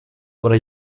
oder